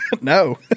No